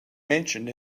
mentioned